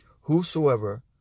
Whosoever